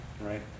Right